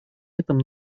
этом